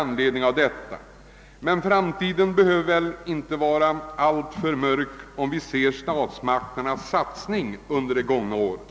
Men framtiden behöver väl inte te sig alltför mörk om vi betraktar statsmakternas satsning under de gångna åren.